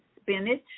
spinach